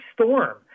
storm